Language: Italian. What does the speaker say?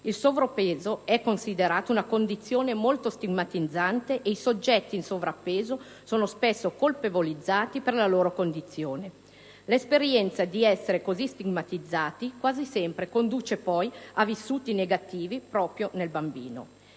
sovrappeso è considerata una condizione molto stigmatizzante e i soggetti che ne soffrono sono spesso colpevolizzati. L'esperienza di essere così stigmatizzati quasi sempre conduce poi a vissuti negativi proprio nel bambino.